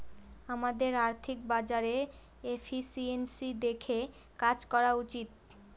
আমাদের আর্থিক বাজারে এফিসিয়েন্সি দেখে কাজ করা উচিত